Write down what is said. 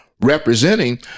representing